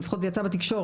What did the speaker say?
לפחות זה יצא בתקשורת.